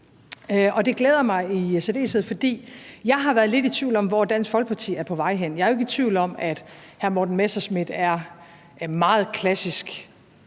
og det glæder mig i særdeleshed, fordi jeg har været lidt i tvivl om, hvor Dansk Folkeparti er på vej hen. Jeg er jo ikke tvivl om, at hr. Morten Messerschmidt er meget klassisk